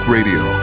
Radio